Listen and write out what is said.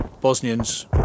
Bosnians